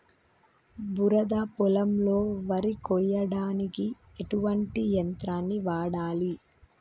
బురద పొలంలో వరి కొయ్యడానికి ఎటువంటి యంత్రాన్ని వాడాలి?